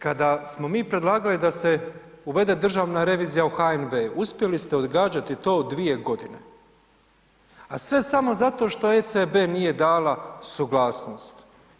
Kada smo mi predlagali da se uvede državna revizija u HNB, uspjeli ste odgađati to dvije godine, a sve samo zato što ECB nije dala suglasnost.